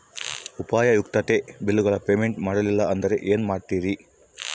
ಉಪಯುಕ್ತತೆ ಬಿಲ್ಲುಗಳ ಪೇಮೆಂಟ್ ಮಾಡಲಿಲ್ಲ ಅಂದರೆ ಏನು ಮಾಡುತ್ತೇರಿ?